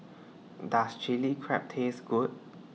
Does Chili Crab Taste Good